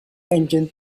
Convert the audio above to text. engine